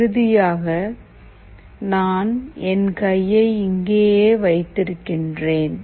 இறுதியாக நான் என் கையை இங்கேயே வைத்திருக்கிறேன்